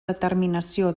determinació